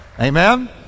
Amen